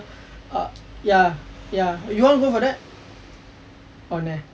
ah ya ya you want go for that or no